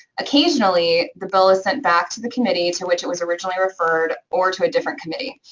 occasionally, the bill is sent back to the committee to which it was originally referred or to a different committee.